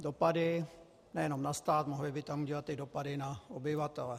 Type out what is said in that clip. Dopady nejenom na stát, mohly by tam být i dopady na obyvatele.